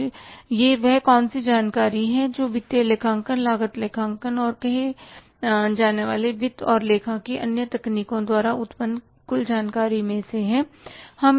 तो वह कौन सी जानकारी है जो वित्तीय लेखांकन लागत लेखांकन और कहे जाने वाली वित्त और लेखा की अन्य तकनीकों द्वारा उत्पन्न कुल जानकारी में से है